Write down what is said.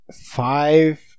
five